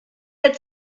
had